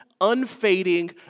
unfading